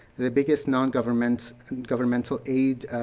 the biggest non-governmental non-governmental aid,